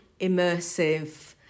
immersive